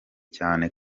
cyane